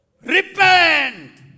Repent